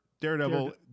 Daredevil